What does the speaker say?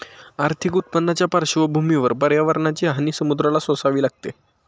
आर्थिक उत्पन्नाच्या पार्श्वभूमीवर पर्यावरणाची हानी समुद्राला सोसावी लागते